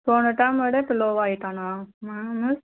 போன டேர்மோடய இப்போ லோவ் ஆகிட்டானா மா மிஸ்